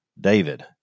David